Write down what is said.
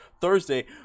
Thursday